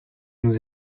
nous